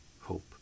hope